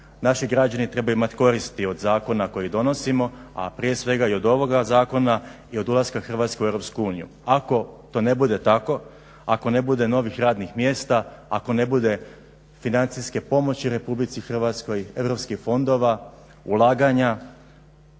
Naši građani trebaju imati koristi od zakona koje donosimo, a prije svega i od ovoga zakona i od ulaska Hrvatske u EU. Ako to ne bude tako, ako ne bude novih radnih mjesta, ako ne bude financijske pomoći RH europskih fondova, ulaganja,